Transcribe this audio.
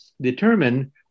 determine